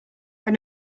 elle